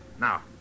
Now